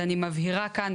אני מבהירה כאן,